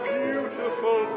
beautiful